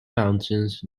mountains